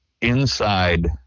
inside